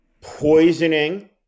poisoning